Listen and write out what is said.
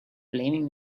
blaming